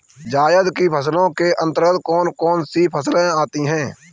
जायद की फसलों के अंतर्गत कौन कौन सी फसलें आती हैं?